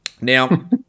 Now